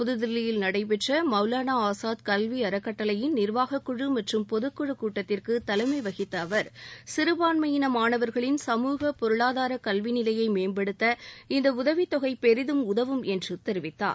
புதுதில்லியில் நடைபெற்ற மௌலானா ஆசாத் கல்வி அறக்கட்டளையின் நிர்வாகக் குழு மற்றும் பொதுக்குழுக் கூட்டத்திற்கு தலைமை வகித்த அவர் சிறுபான்மையின மாணவர்களின் சமூக பொருளாதார கல்வி நிலையை மேம்படுத்த இந்த உதவித் தொகை பெரிதும் உதவும் என்று தெரிவித்தார்